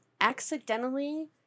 accidentally